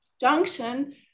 junction